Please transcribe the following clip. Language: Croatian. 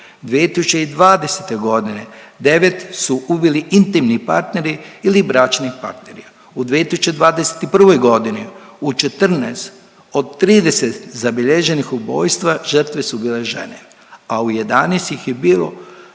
2020. g. 9 su ubili intimni partneri ili bračni partneri. U 2021. g. u 14 od 30 zabilježenih ubojstva, žrtve su bile žene, a u 11 ih je bilo